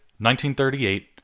1938